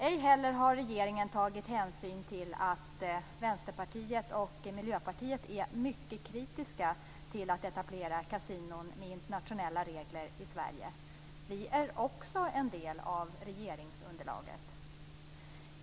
Ej heller har regeringen tagit hänsyn till att Vänsterpartiet och Miljöpartiet är mycket kritiska till att etablera kasinon med internationella regler i Sverige. Vi är också en del av regeringsunderlaget.